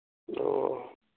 ꯑꯣ